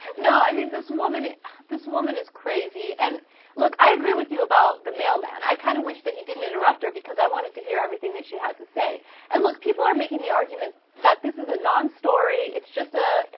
you know i mean this woman this woman is crazy and look i agree with you about the mailman i kinda wish that he didn't interrupt there because i wanted to hear everything that she had say and people are making the argument that this is a non-story it's just ah.